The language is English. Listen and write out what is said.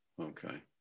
Okay